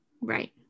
right